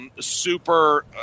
super